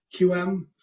QM